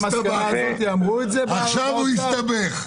עכשיו הוא הסתבך.